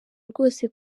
rwose